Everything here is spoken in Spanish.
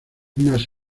más